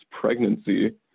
pregnancy